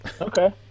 Okay